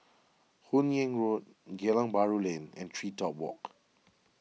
Hun Yeang Road Geylang Bahru Lane and TreeTop Walk